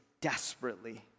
desperately